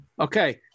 Okay